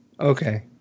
okay